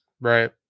Right